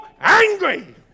angry